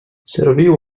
serviu